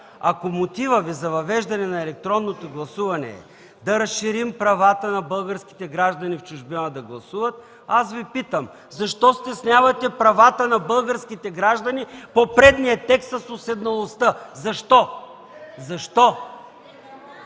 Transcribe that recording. Ако мотивът Ви за въвеждане на електронното гласуване е да разширим правата на българските граждани в чужбина да гласуват, аз Ви питам: защо стеснявате правата на българските граждани по предния текст с уседналостта? Защо? (Шум